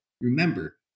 remember